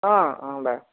অঁ অঁ বাৰু